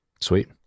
Sweet